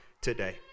today